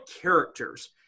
characters